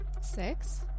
Six